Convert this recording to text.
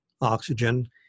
oxygen